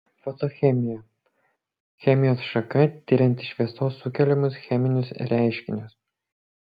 fotochemija chemijos šaka tirianti šviesos sukeliamus cheminius reiškinius